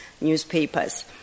newspapers